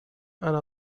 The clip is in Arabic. أنا